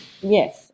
yes